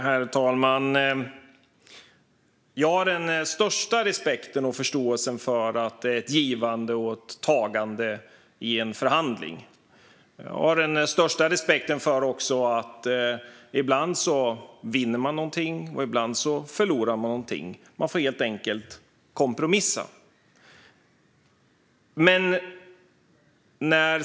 Herr talman! Jag har den största respekt och förståelse för att det är ett givande och ett tagande i en förhandling. Jag har också den största respekt för att man ibland vinner någonting och ibland förlorar någonting. Man får helt enkelt kompromissa.